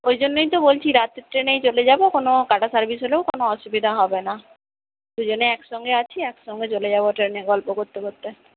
ওইজন্যেই তো বলছি রাতের ট্রেনেই চলে যাব কোনো কাটা সার্ভিস হলেও কোনো অসুবিধা হবে না দুজনে একসঙ্গে আছি একসঙ্গে চলে যাব ট্রেনে গল্প করতে করতে